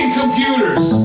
computers